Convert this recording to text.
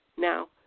Now